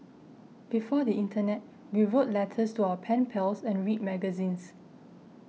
before the internet we wrote letters to our pen pals and read magazines